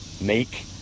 Make